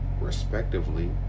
respectively